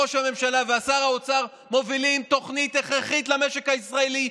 ראש הממשלה ושר האוצר מובילים תוכנית הכרחית למשק הישראלי,